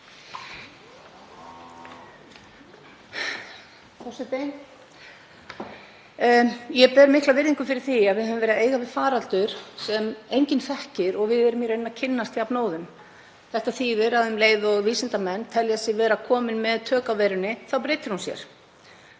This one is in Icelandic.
Forseti. Ég ber mikla virðingu fyrir því að við höfum verið að eiga við faraldur sem enginn þekkir og við erum í rauninni að kynnast jafnóðum. Þetta þýðir að um leið og vísindamenn telja sig vera komna með tök á veirunni þá breytir hún sér.